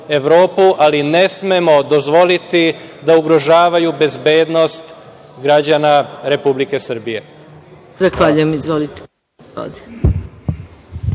ali ne smemo dozvoliti da ugrožavaju bezbednost građana Republike Srbije.